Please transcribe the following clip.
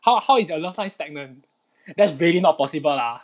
how how is your love life stagnant that's really not possible lah